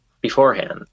beforehand